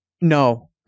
No